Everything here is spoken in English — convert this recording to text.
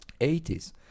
80s